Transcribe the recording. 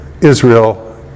Israel